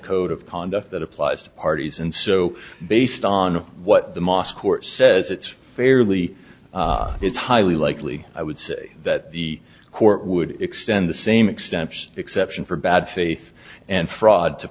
code of conduct that applies to parties and so based on what the mosque or says it's fairly it's highly likely i would say that the court would extend the same extent exception for bad faith and fraud to